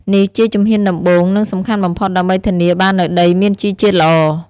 នេះជាជំហានដំបូង និងសំខាន់បំផុតដើម្បីធានាបាននូវដីមានជីជាតិល្អ។